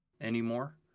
anymore